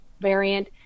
variant